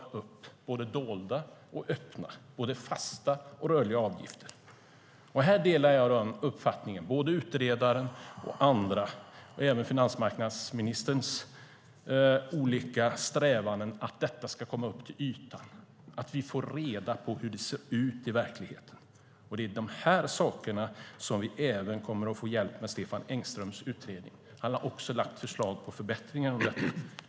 Det är både dolda och öppna, och både fasta och rörliga avgifter. Här delar jag uppfattningen hos utredaren och andra, och även finansmarknadsministerns olika strävanden, att detta ska komma upp till ytan och att vi får reda på hur det ser ut i verkligheten. Det är dessa saker som vi kommer att få hjälp med av Stefan Engströms utredning. Han har också lagt fram förslag om förbättringar.